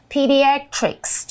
Pediatrics